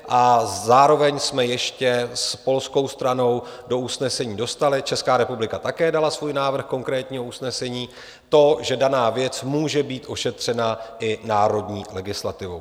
A zároveň jsme ještě s polskou stranou do usnesení dostali, Česká republika také dala svůj návrh konkrétního usnesení, to, že daná věc může být ošetřena i národní legislativou.